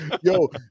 Yo